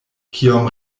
kiom